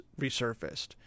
resurfaced